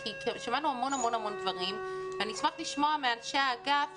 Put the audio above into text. כי שמענו המון דברים ואני אשמח לשמוע מאנשי האגף